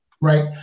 right